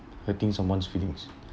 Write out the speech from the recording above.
hurting someone's feelings